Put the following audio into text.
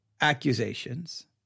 accusations